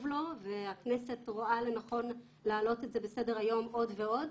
לו והכנסת רואה לנכון להעלות את זה בסדר היום עוד ועוד,